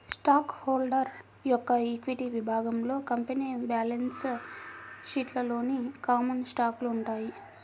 stock holder యొక్క equity విభాగంలో company balance షీట్లోని కామన్ స్టాకులు ఉంటాయి